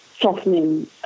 softening